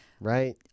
right